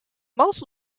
most